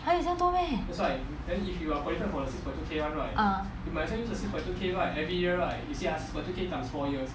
这样多 meh ah